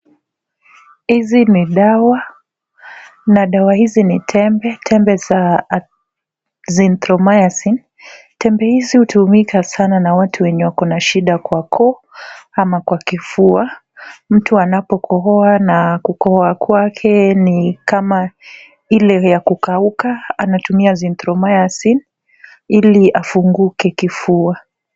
Hizi ni dawa, na dawa hizi ni tembe, tembe za azithromycin. Tembe hizi hutumika sana na watu wenye shida kwa koo ama kwa kifua. Mtu anapokohoa na kukohoa kwake ni kama ile ya kukauka, anatumia azithromycin ili afunguke kifua.